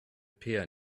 peer